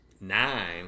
nine